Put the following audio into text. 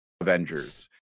Avengers